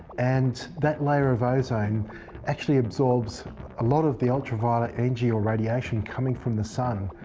and that layer of ozone actually absorbs a lot of the ultraviolet energy, or radiation, coming from the sun.